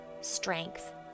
strength